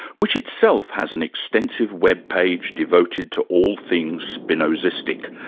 which itself has an extensive web page devoted to all things spinozastic,